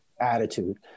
attitude